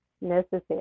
necessary